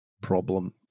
problem